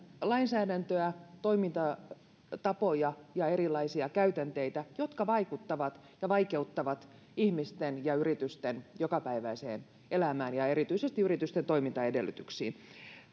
lainsäädäntöä erilaisia toimintatapoja ja käytänteitä jotka vaikuttavat ihmisten ja yritysten jokapäiväiseen elämään ja erityisesti yritysten toimintaedellytyksiin ja vaikeuttavat niitä